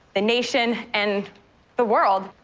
the nation, and the world.